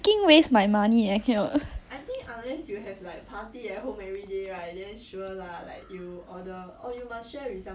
I think 一个人很难 hit 那个十二块 ya 搬过来跟我住吧